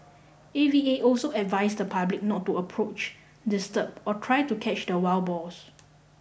A V A also advised the public not to approach disturb or try to catch the wild boars